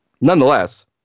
Nonetheless